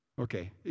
Okay